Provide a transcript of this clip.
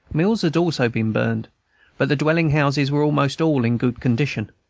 mills had also been burned but the dwelling-houses were almost all in good condition.